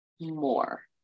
more